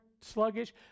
sluggish